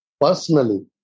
personally